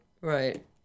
right